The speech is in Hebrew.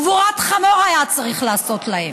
קבורת חמור היה צריך לעשות להם,